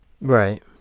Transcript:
Right